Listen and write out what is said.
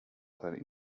teil